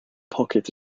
pocket